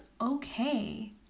okay